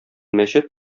мәчет